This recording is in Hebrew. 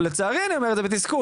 ולצערי אני אומר את זה בתסכול,